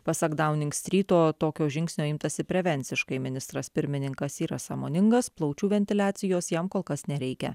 pasak dauningstryto tokio žingsnio imtasi prevenciškai ministras pirmininkas yra sąmoningas plaučių ventiliacijos jam kol kas nereikia